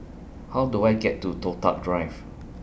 How Do I get to Toh Tuck Drive